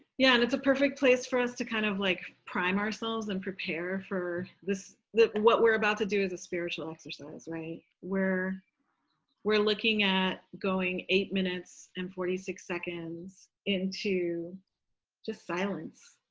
yeah. and it's a perfect place for us to kind of like prime ourselves and prepare for this, that what we're about to do is a spiritual exercise where we're we're looking at going eight minutes and forty six seconds into just silence.